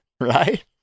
right